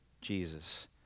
Jesus